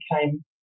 came